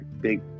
big